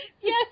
Yes